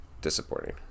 disappointing